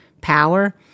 power